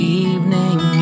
evening